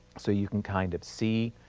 so, you can kind of see,